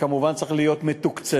וכמובן היא צריכה להיות מתוקצבת.